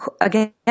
again